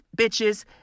bitches